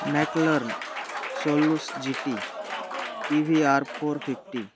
McLaren चलूस G T T V R four fifty